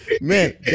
man